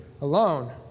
alone